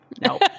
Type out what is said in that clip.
nope